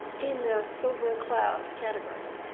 in the silver cloud category